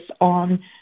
on